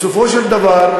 בסופו של דבר,